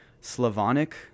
Slavonic